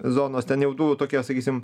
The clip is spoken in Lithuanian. zonos ten jau du tokie sakysim